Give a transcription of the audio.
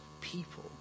people